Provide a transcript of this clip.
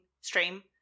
stream